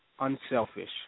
Unselfish